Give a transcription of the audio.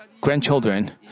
grandchildren